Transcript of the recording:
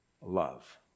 Love